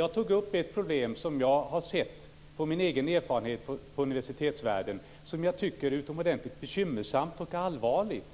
erfarenheter upp ett problem som jag har sett i universitetsvärlden och som jag tycker är utomordentligt bekymmersamt och allvarligt.